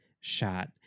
shot